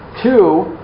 Two